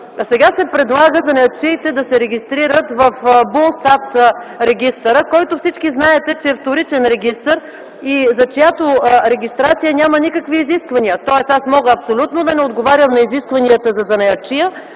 Сега се предлага занаятчиите да се регистрират в БУЛСТАТ-регистъра, който всички знаете, че е вторичен регистър. За тази регистрация няма никакви изисквания. Мога абсолютно да не отговарям на изискванията за занаятчия